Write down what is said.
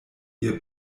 ihr